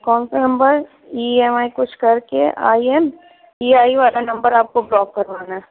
کون سا نمبر ای ایم آئی کچھ کر کے آئی ایم ای آئی والا نمبر آپ کو بلاک کروانا ہے